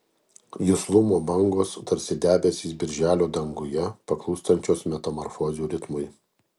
juslumo bangos tarsi debesys birželio danguje paklūstančios metamorfozių ritmui